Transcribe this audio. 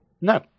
No